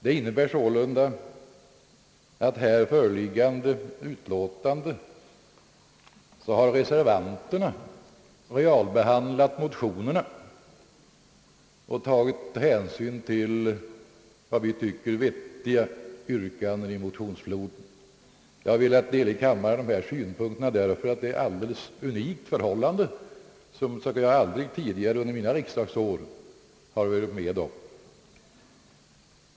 Det innebär sålunda att i det föreliggande utlåtandet har reservanterna realbehandlat motionerna och tagit hänsyn till vad som framstod som vettiga yrkanden i motionsfloden. Jag har velat delge kammaren dessa synpunkter, ty detta är ett alldeles unikt förhållande, som jag aldrig tidigare varit med om under mina riksdagsår.